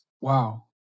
Wow